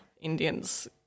Indians